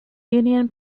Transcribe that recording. union